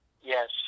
Yes